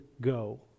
go